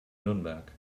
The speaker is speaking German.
nürnberg